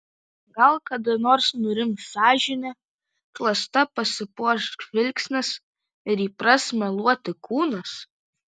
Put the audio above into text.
gal kada nors nurims sąžinė klasta pasipuoš žvilgsnis ir įpras meluoti kūnas